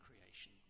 creation